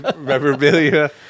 memorabilia